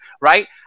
right